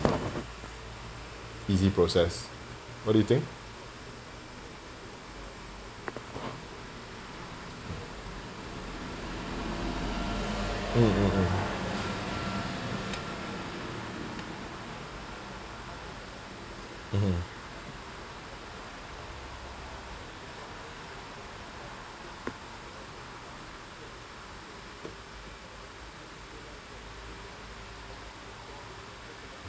easy process what do you think mm mm mm mmhmm